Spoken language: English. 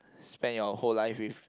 spend your whole life with